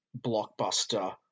blockbuster